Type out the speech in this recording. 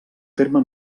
terme